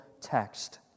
text